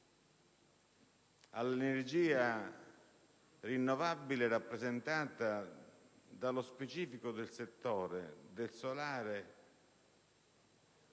all'energia rinnovabile rappresentata dallo specifico settore del solare